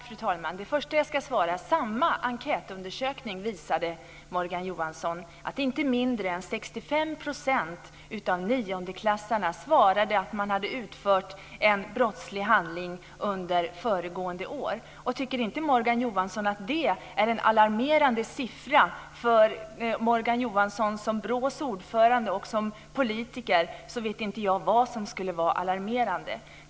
Fru talman! Det första jag ska svara är att samma enkätundersökning visade, Morgan Johansson, att inte mindre än 65 % av niondeklassarna svarade att de hade utfört en brottslig handling under föregående år. Tycker inte Morgan Johansson att det är en alarmerande siffra för Morgan Johansson som BRÅ:s ordförande och som politiker, så vet inte jag vad som skulle vara alarmerande.